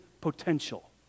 potential